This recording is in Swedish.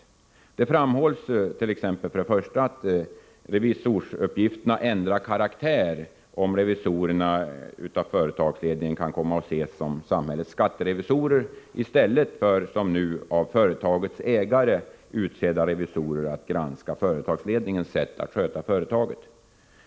För det första framhålls det att förslaget innebär att revisorsuppgifterna ändrar karaktär om revisorerna av företagsledningen kan komma att ses som samhällets skatterevisorer i stället för, som nu, av företagets ägare utsedda att granska företagsledningens sätt att sköta företaget.